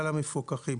המפוקחים.